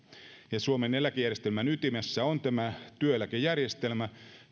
suomen eläkejärjestelmän ytimessä on tämä työeläkejärjestelmä